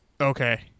Okay